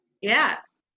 Yes